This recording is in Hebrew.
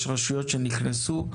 יש רשויות שנכנסו,